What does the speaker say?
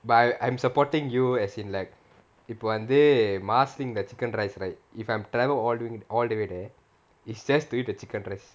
but I I'm supporting you as in like இப்ப வந்து:ippa vanthu marsiling that chicken rice right if I'm travel all all the way there it's just to eat the chicken rice